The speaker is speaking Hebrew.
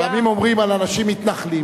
לפעמים אומרים על אנשים "מתנחלים".